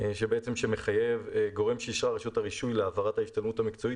שבעצם מחייב: "גורם שאישרה רשות הרישוי להעברת ההשתלמות המקצועית